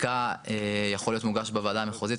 חלקה יכול להיות וגש בוועדה מחוזית,